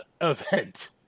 event